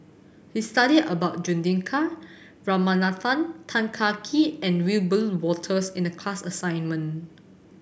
we studied about Juthika Ramanathan Tan Kah Kee and Wiebe Wolters in the class assignment